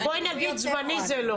אז איזה פתרון זמני זה?